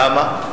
למה?